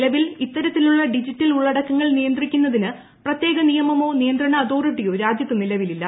നിലവിൽ ഇത്തരത്തിലുള്ള ഡിജിറ്റൽ ഉള്ളടക്കങ്ങൾ നിയന്ത്രിക്കുന്നതിന് പ്രത്യേക നിയമമോ നിയന്ത്രണ അതോറിറ്റിയോ രാജ്യത്ത് നിലവിലില്ല